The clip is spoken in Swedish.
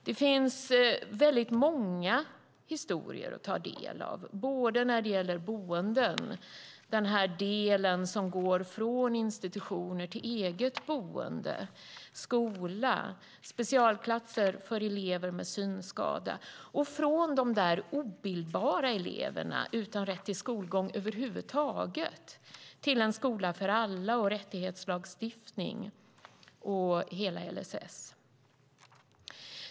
Det finns väldigt många historier att ta del av, från boenden - den del som går från institutioner till eget boende - skola, specialklasser för elever med synskada, de så kallade obildbara eleverna utan rätt till skolgång över huvud taget till en skola för alla, rättighetslagstiftning och hela LSS.